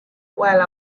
while